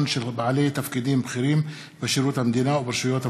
של בעלי תפקידים בכירים בשירות המדינה וברשויות המקומיות,